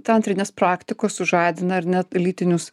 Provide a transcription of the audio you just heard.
teatrinės praktikos sužadina ar net lytinius